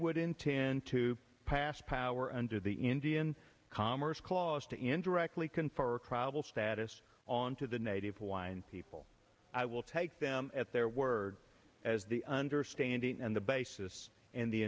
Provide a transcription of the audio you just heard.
would intend to pass power under the indian commerce clause to and directly confer probable status on to the native hawaiian people i will take them at their word as the understanding and the basis and the